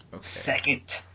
Second